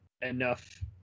enough